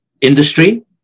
industry